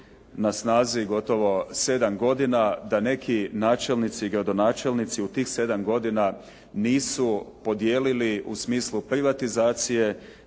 na snazi gotovo sedam godina, da neki načelnici i gradonačelnici u tih sedam godina nisu podijelili u smislu privatizacije,